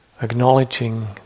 acknowledging